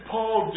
Paul